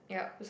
yup